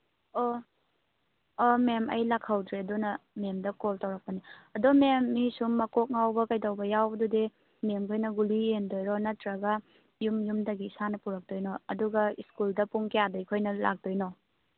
ꯑꯣ ꯑꯥ ꯃꯦꯝ ꯑꯩ ꯂꯥꯛꯍꯧꯗ꯭ꯔꯦ ꯑꯗꯨꯅ ꯃꯦꯝꯗ ꯀꯣꯜ ꯇꯧꯔꯛꯄꯅꯤ ꯑꯗꯣ ꯃꯦꯝ ꯃꯤ ꯁꯨꯝ ꯃꯀꯣꯛ ꯉꯥꯎꯕ ꯀꯩꯗꯧꯕ ꯌꯥꯎꯕꯗꯨꯗꯤ ꯃꯦꯝꯈꯣꯏꯅ ꯒꯨꯂꯤ ꯌꯦꯟꯗꯣꯏꯔꯣ ꯅꯠꯇ꯭ꯔꯒ ꯌꯨꯝ ꯌꯨꯝꯗꯒꯤ ꯏꯁꯥꯅ ꯄꯨꯔꯛꯇꯣꯏꯅꯣ ꯑꯗꯨꯒ ꯁ꯭ꯀꯨꯜꯗ ꯄꯨꯡ ꯀꯌꯥꯗ ꯑꯩꯈꯣꯏꯅ ꯂꯥꯛꯇꯣꯏꯅꯣ